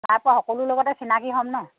সকলো লগতে চিনাকি হ'ম ন